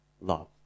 love